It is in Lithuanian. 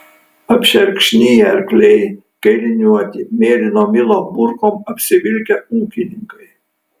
apšerkšniję arkliai kailiniuoti mėlyno milo burkom apsivilkę ūkininkai